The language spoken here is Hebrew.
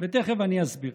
ותכף אני אסביר.